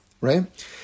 right